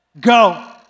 go